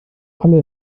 alle